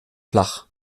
flach